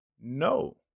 no